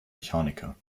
mechaniker